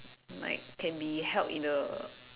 like can be held in a